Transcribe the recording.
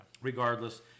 Regardless